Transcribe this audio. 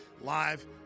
live